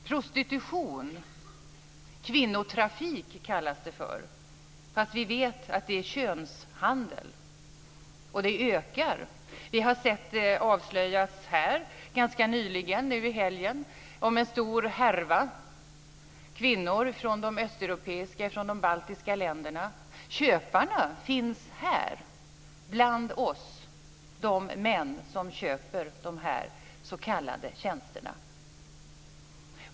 Prostitution, kvinnotrafik som det kallas för, fast vi vet att det könshandel, och det ökar. Vi har sett avslöjas ganska nyligen, i helgen, en stor härva med kvinnor från de östeuropeiska och baltiska länderna. Köparna finns här, bland oss, de män som köper dessa s.k. tjänster.